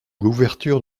l’ouverture